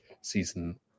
season